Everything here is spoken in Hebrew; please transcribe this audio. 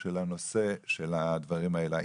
של הנושא, של הדברים האלה.